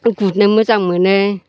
गुरनो मोजां मोनो